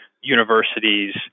universities